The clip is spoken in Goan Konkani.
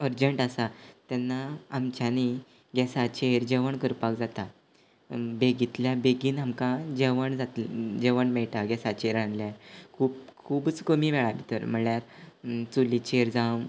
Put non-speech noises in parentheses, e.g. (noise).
अर्जंट आसा तेन्ना आमच्यांनी गॅसाचेर जेवण करपाक जाता बेगींतल्या बेगीन आमकां जेवण (unintelligible) मेळटा गॅसाचेर रांदल्यार खूब खुबूच कमी वेळा भितर म्हणल्यार चुलीचेर जावं